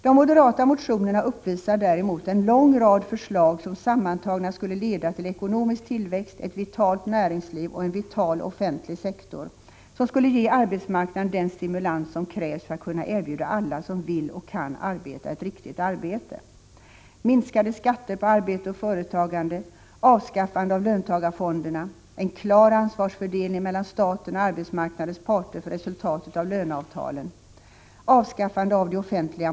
De moderata motionerna uppvisar däremot en lång rad förslag som sammantagna skulle leda till ekonomisk tillväxt, ett vitalt näringsliv och en vital offentlig sektor, som skulle ge arbetsmarknaden den stimulans som krävs för att kunna erbjuda alla som vill och kan arbeta ett riktigt arbete: — En klar ansvarsfördelning mellan staten och arbetsmarknadens parter för resultatet av löneavtalen.